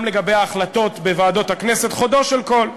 גם לגבי ההחלטות בוועדות הכנסת חודו של קול.